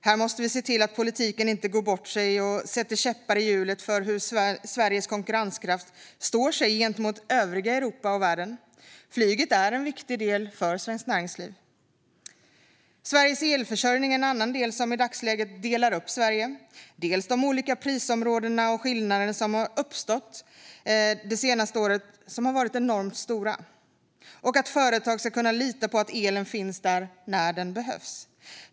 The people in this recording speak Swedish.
Här måste vi se till att politiken inte går bort sig och sätter käppar i hjulet för hur Sveriges konkurrenskraft står sig gentemot övriga Europa och världen. Flyget är en viktig del för svenskt näringsliv. Sveriges elförsörjning är en annan del, som i dagsläget delar upp Sverige. Det senaste året har det uppstått enormt stora skillnader mellan de olika prisområdena. Företag ska kunna lita på att elen finns där när den behövs.